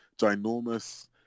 ginormous